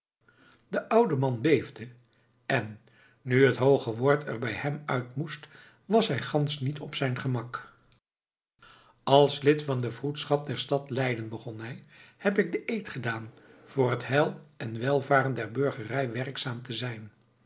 de oude man beefde en nu het hooge woord er bij hem uit moest was hij gansch niet op zijn gemak als lid van de vroedschap der stad leiden begon hij heb ik den eed gedaan voor het heil en welvaren der burgerij werkzaam te zijn